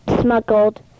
smuggled